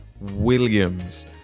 Williams